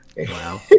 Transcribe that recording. Wow